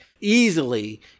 easily